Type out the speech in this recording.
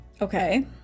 Okay